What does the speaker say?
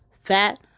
fat